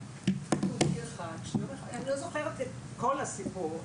תוכי אחד שאני לא זוכרת את כל הסיפור,